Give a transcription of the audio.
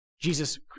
Jesus